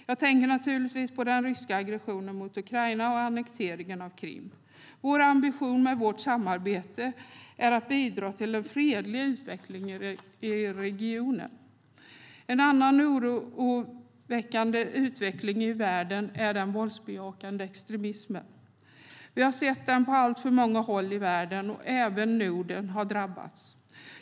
Jag tänker naturligtvis på den ryska aggressionen mot Ukraina och annekteringen av Krim. Ambitionen med vårt samarbete är att bidra till en fredlig utveckling i regionen. En annan oroväckande utveckling i världen är den våldsbejakande extremismen. Vi har sett den på alltför många håll i världen. Även Norden har drabbats.